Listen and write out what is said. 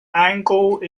angle